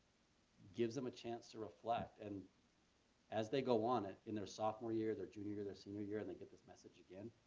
gives them a chance to reflect, and as they go on in their sophomore year, their junior year, their senior year and they get this message again.